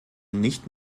nicht